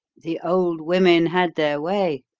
the old women had their way.